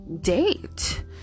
date